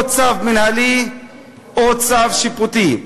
או צו מינהלי או צו שיפוטי.